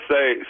Say